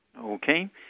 Okay